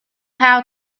how